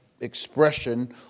expression